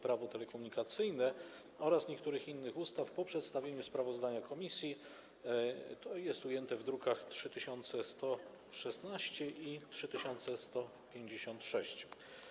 Prawo telekomunikacyjne oraz niektórych innych ustaw po przedstawieniu sprawozdania komisji, druki nr 3116 i 3156.